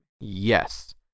Yes